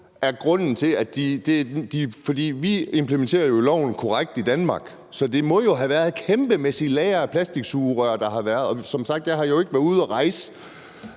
er grunden til det. For vi implementerer jo loven korrekt i Danmark, må man forstå, så der må jo have været kæmpemæssige lagre af plastiksugerør. Jeg har som sagt ikke været ude og rejse,